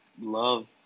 love